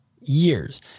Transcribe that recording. years